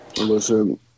Listen